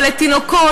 אבל לתינוקות,